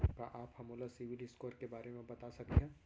का आप हा मोला सिविल स्कोर के बारे मा बता सकिहा?